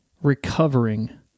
recovering